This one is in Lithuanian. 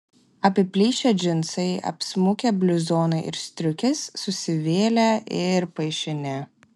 apiplyšę džinsai apsmukę bliuzonai ir striukės susivėlę ir paišini